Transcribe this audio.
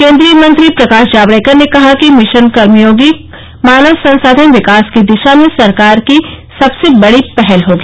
केंद्रीय मंत्री प्रकाश जावडेकर ने कहा कि कर्मयोगी मिशन मानव संसाधन विकास की दिशा में सरकार की सबसे बड़ी पहल होगी